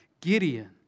Gideon